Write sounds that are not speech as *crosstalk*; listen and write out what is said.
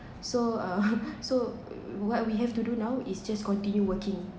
so uh *laughs* so what we have to do now is just continue working